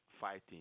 fighting